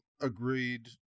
agreed